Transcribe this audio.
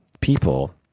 people